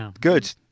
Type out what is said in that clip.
good